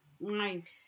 nice